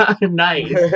nice